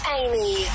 amy